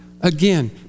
Again